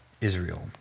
Israel